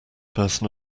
person